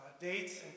dates